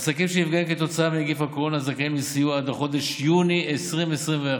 עסקים שנפגעים כתוצאה מנגיף הקורונה זכאים לסיוע עד לחודש יוני 2021,